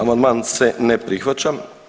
Amandman se ne prihvaća.